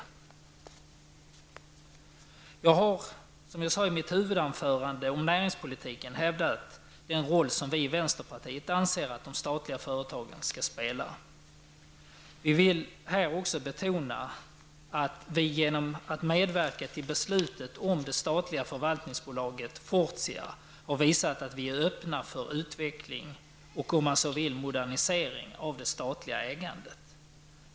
Jag har i mitt huvudanförande om näringspolitiken hävdat den roll vi i vänsterpartiet anser att de statliga företagen skall spela. Jag vill här också betona att vänsterpartiet genom att medverka till beslutet om det statliga förvaltningsbolaget Fortia har visat att vi är öppna för utveckling och, om man så vill, modernisering av det statliga ägandet.